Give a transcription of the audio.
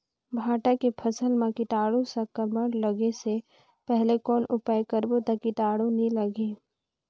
भांटा के फसल मां कीटाणु संक्रमण लगे से पहले कौन उपाय करबो ता कीटाणु नी लगही?